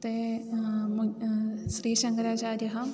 ते श्रीशङ्कराचार्यः